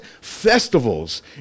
festivals